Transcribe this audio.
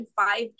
five